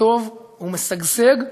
וטוב ומשגשג,